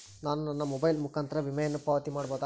ನಾನು ನನ್ನ ಮೊಬೈಲ್ ಮುಖಾಂತರ ವಿಮೆಯನ್ನು ಪಾವತಿ ಮಾಡಬಹುದಾ?